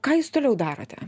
ką jūs toliau darote